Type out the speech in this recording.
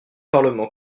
parlement